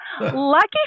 Lucky